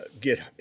get